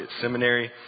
Seminary